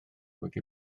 wedi